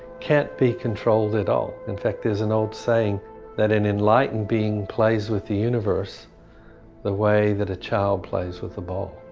can't be controlled at all, in fact there is an old saying that an enlightened being plays with the universe the way that a child plays with a ball.